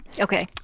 okay